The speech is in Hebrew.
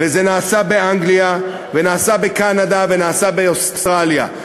זה נעשה באנגליה, נעשה בקנדה ונעשה באוסטרליה.